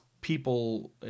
people